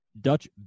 Dutch